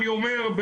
אני אומר,